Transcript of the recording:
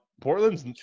portland's